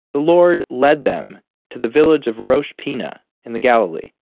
the lord led them to the village of rosh pinna, in the galilee.